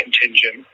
contingent